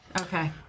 Okay